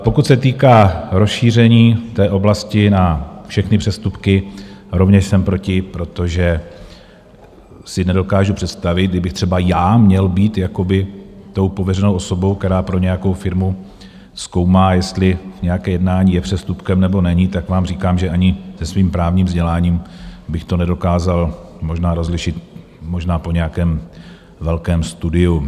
Pokud se týká rozšíření té oblasti na všechny přestupky, rovněž jsem proti, protože si nedokážu představit, kdybych třeba já měl být tou pověřenou osobou, která pro nějakou firmu zkoumá, jestli nějaké jednání je přestupkem, nebo není, tak vám říkám, že ani se svým právním vzděláním bych to nedokázal možná rozlišit možná po nějakém velkém studiu.